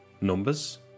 numbers